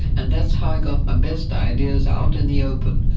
and that's how i got my best ideas, out in the open.